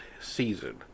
season